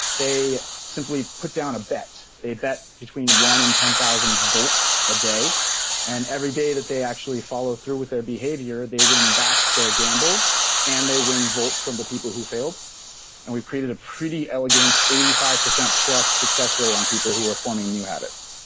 they simply put down a bet. they bet between one and ten thousand volts a day and every day that they actually follow through with their behavior, they win back their gamble and they win volts from the people who failed and we've created a pretty elegant eighty five percent plus success rate on people who are forming new habits,